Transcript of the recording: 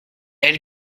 elle